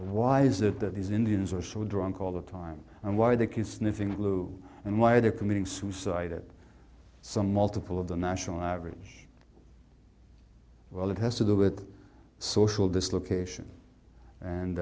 why is it that these indians are so drunk all the time and why they keep sniffing glue and why they're committing suicide at some multiple of the national average well it has to do with social dislocation and